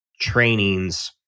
trainings